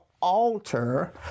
alter